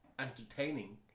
entertaining